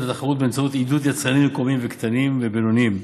התחרות באמצעות עידוד יצרנים מקומיים קטנים ובינוניים.